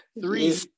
three